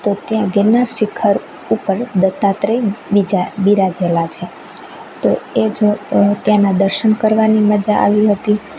તો ત્યાં ગિરનાર શિખર ઉપર દત્તાત્રેય બીજા બિરાજેલા છે તો એ જો ત્યાંના દર્શન કરવાની મજા આવી હતી